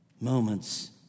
moments